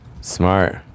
Smart